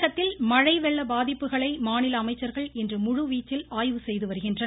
தமிழகத்தில் மழை வெள்ள பாதிப்புகளை மாநில அமைச்சர்கள் இன்று முழுவீச்சில் ஆய்வுசெய்து வருகின்றனர்